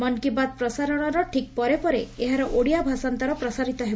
ମନ୍ କି ବାତ୍ ପ୍ରସାରଣର ଠିକ୍ ପରେ ପରେ ଏହାର ଓଡ଼ିଆ ଭାଷାନ୍ତର ପ୍ରସାରିତ ହେବ